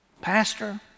Pastor